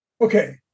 Okay